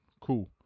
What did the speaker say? Cool